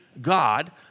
God